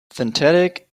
synthetic